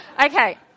Okay